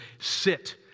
Sit